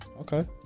Okay